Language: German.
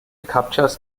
captchas